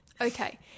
Okay